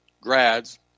grads